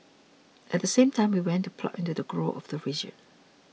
at same time we went to plug into the growth of the region